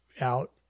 out